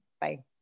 Bye